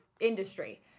industry